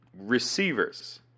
Receivers